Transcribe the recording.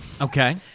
Okay